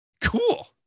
Cool